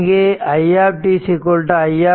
இங்கு i t i e tτ